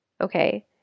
Okay